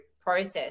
process